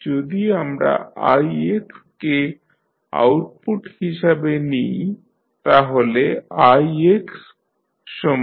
যদি আমরা ix কে আউটপুট হিসাবে নিই তাহলে ixvR